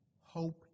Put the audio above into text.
Hope